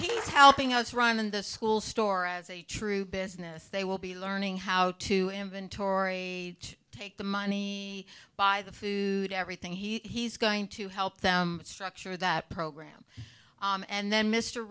keep helping us run the school store as a true business they will be learning how to inventory take the money buy the food everything he's going to help them structure that program and then mr